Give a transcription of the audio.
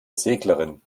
seglerin